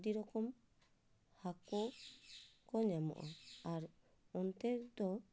ᱟᱹᱰᱤ ᱨᱚᱠᱚᱢ ᱦᱟᱠᱳ ᱠᱚ ᱧᱟᱢᱚᱜᱼᱟ ᱟᱨ ᱚᱱᱛᱮ ᱨᱮᱫᱚ